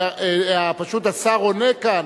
פשוט השר עונה כאן.